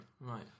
Right